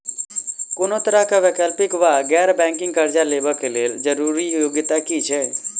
कोनो तरह कऽ वैकल्पिक वा गैर बैंकिंग कर्जा लेबऽ कऽ लेल जरूरी योग्यता की छई?